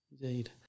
Indeed